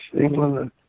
England